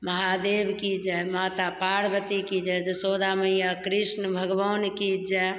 महादेव की जय माता पार्वती की जय जसोदा मैया कृष्ण भगवान की जय